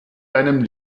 deinem